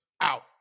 out